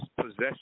possession